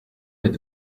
êtes